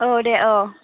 औ दे औ